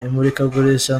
imurikagurisha